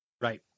Right